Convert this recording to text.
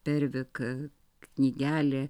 pervik knygelė